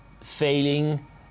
failing